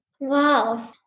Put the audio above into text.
Wow